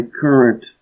current